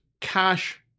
cash